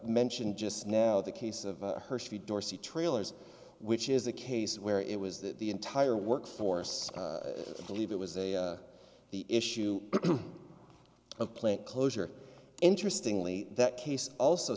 mentioned just now the case of hershey dorsey trailers which is a case where it was that the entire workforce believe it was the issue of plant closure interestingly that case also